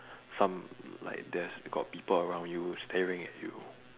some like death got people around you staring at you